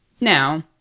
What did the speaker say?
Now